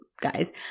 guys